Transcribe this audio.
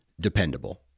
dependable